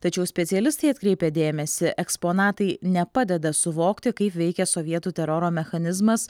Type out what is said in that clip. tačiau specialistai atkreipia dėmesį eksponatai nepadeda suvokti kaip veikia sovietų teroro mechanizmas